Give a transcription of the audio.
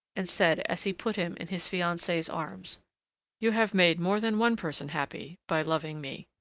and said, as he put him in his fiancee's arms you have made more than one person happy by loving me!